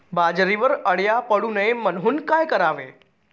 बाजरीवर अळ्या पडू नये म्हणून काय करावे?